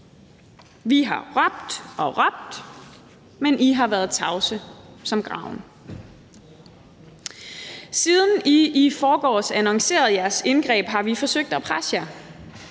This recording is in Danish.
Vi har råbt og råbt, men I har været tavse som graven. Siden I i forgårs annoncerede jeres indgreb, har vi forsøgt at presse jer